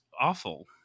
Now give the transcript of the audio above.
awful